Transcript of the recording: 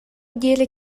диэри